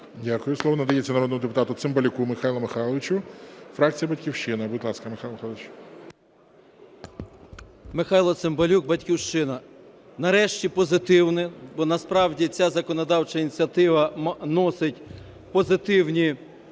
Дякую. Слово надається народному депутату Цимбалюку Михайлу Михайловичу, фракція "Батьківщина". Будь ласка, Михайло Михайлович. 14:18:28 ЦИМБАЛЮК М.М. Михайло Цимбалюк, "Батьківщина". Нарешті позитивне, бо насправді ця законодавча ініціатива носить позитивні